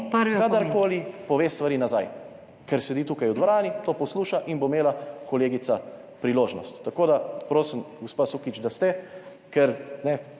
…kadarkoli pove stvari nazaj, ker sedi tukaj v dvorani, to posluša in bo imela kolegica priložnost. Tako da prosim gospa Sukič, da ste, ker